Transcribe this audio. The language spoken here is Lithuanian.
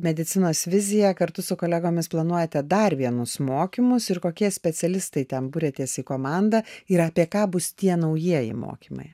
medicinos vizija kartu su kolegomis planuojate dar vienus mokymus ir kokie specialistai ten buriatės į komandą ir apie ką bus tie naujieji mokymai